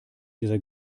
dieser